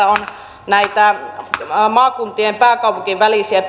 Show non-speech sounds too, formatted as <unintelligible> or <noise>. <unintelligible> on näiltä maakuntien pääkaupunkien välisiltä <unintelligible>